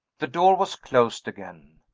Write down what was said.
the door was closed again.